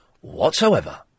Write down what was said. whatsoever